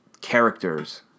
characters